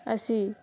ଆସି